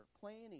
planning